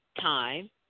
time